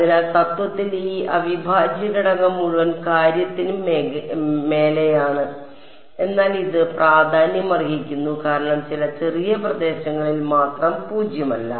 അതിനാൽ തത്വത്തിൽ ഈ അവിഭാജ്യഘടകം മുഴുവൻ കാര്യത്തിനും മേലെയാണ് എന്നാൽ ഇത് പ്രാധാന്യമർഹിക്കുന്നു കാരണം ചില ചെറിയ പ്രദേശങ്ങളിൽ മാത്രം പൂജ്യമല്ല